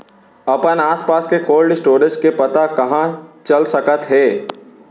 अपन आसपास के कोल्ड स्टोरेज के पता कहाँ चल सकत हे?